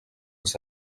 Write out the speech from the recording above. els